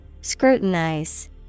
Scrutinize